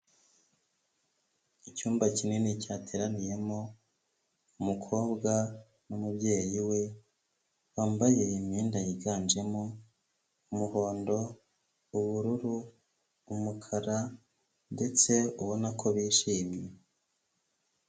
Icyumba kinini cyateraniyemo umukobwa n'umubyeyi we, bambaye imyenda yiganjemo umuhondo, ubururu, umukara ndetse ubona ko bishimye.